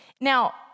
Now